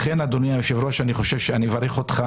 אדוני היושב-ראש, אני מברך אותך